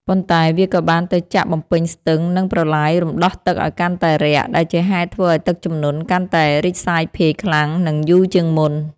ប៉ុន្តែវាក៏បានទៅចាក់បំពេញស្ទឹង និងប្រឡាយរំដោះទឹកឱ្យកាន់តែរាក់ ដែលជាហេតុធ្វើឱ្យទឹកជំនន់កាន់តែរីកសាយភាយខ្លាំង និងយូរជាងមុន។